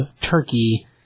turkey